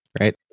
right